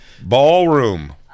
Ballroom